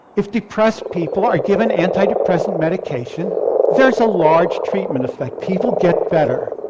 if depressed people are given antidepressant medication there's a large treatment effect, people get better.